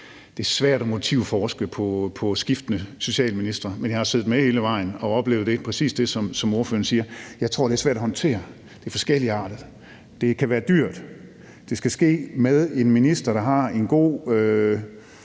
Det er svært at motivforske, når der er skiftende socialministre, men jeg har siddet med hele vejen og oplevet præcis det, som ordføreren siger. Jeg tror, at det er svært at håndtere. Det er forskelligartet. Det kan være dyrt. Det skal ske med en minister, der har en god